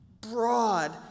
broad